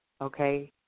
okay